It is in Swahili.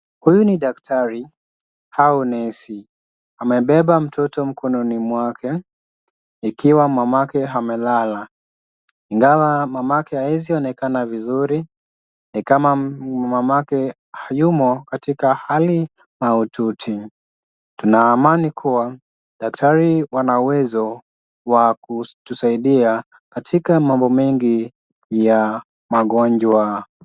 Huyu ni daktari au nesi amebeba mtoto mkononi mwake, ikiwa mamake amelala, ingawa mamake hawezi onekana vizuri, ni kama mamake yumo katika hali mahututi, kuna amani kuwa daktari wana uwezo wakutusaidia katika mambo mengi ya magonjwa.